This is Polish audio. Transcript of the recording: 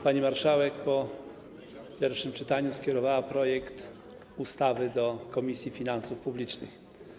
Pani marszałek po pierwszym czytaniu skierowała projekt ustawy do Komisji Finansów Publicznych.